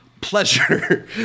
Pleasure